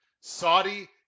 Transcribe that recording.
Saudi